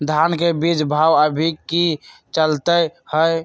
धान के बीज के भाव अभी की चलतई हई?